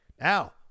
Now